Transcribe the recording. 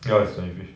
ya is twenty fifth